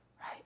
Right